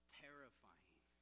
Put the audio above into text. terrifying